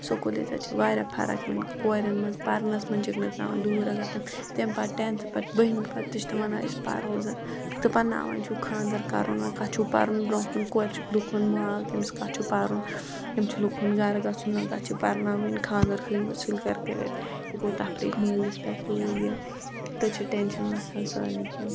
school ییتہِ حظ چھِ واریاہ فرق یِمن کورٮ۪ن منٛز پرنس منٛز چھِ ٲسۍ مِتۍ تراوان دور اگر تِم تیٚم پَتہٕ ٹینتھہٕ پَتہٕ بٔہمہِ پَتہٕ تہِ چھِ تِم ونان زَن أس پَرہو زَن تِم چِھک دپان نا وۄنۍ چھو خاندر کَرُن وۄنۍ کَتھ چھو پَرُن برونٛہہ کُن کورِ چھِ لُک ہُند مال تٔمِس کَتھ چھُ پَرُن أمِس چھُ لُک ہُند گَرٕ گَژھُن ووں کَتھ چھِ پرناوٕنۍ خاندر ژٕھنوُس سُلہِ گَرِ کٔرِتھ یہِ گوٚو تفریق مٲلِس پٮ۪ٹھ ہو یہِ تہِ چھُ ٹٮ۪نشن وَتھان سارنٕے کیٚنٛہہ